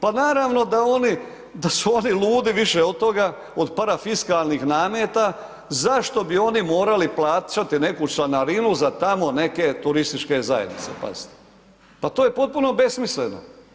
Pa naravno da oni, da su oni ludi više od toga, od parafiskalnih nameta, zašto bi oni morali plaćati neku članarinu za tamo neke turističke zajednice, pazite, pa to je potpuno besmisleno.